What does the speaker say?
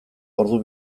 ordu